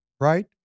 right